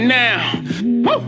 now